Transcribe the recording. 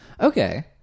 Okay